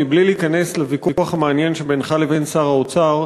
מבלי להיכנס לוויכוח המעניין שבינך לבין שר האוצר,